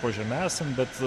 po žeme esam bet